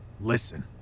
Listen